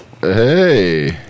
Hey